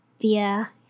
via